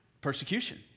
persecution